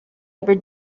ever